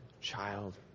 child